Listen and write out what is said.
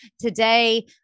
today